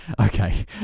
okay